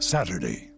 Saturday